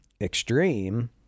extreme